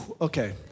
Okay